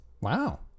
Wow